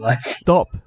Stop